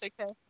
okay